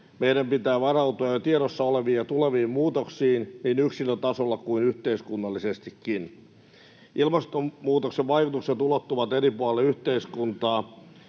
Meidän pitää varautua jo tiedossa oleviin ja tuleviin muutoksiin niin yksilötasolla kuin yhteiskunnallisestikin. Ilmastonmuutoksen vaikutukset ulottuvat eri puolille yhteiskuntaa,